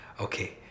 okay